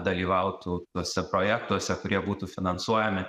dalyvautų tuose projektuose kurie būtų finansuojami